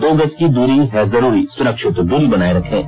दो गज की दूरी है जरूरी सुरक्षित दूरी बनाए रखें